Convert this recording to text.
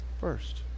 first